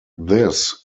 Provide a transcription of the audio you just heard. this